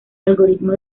algoritmo